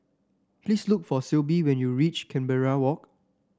please look for Syble when you reach Canberra Walk